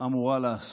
אמורה לעסוק,